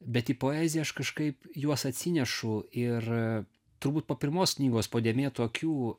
bet į poeziją aš kažkaip juos atsinešu ir turbūt po pirmos knygos po dėmėtų akių